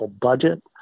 budget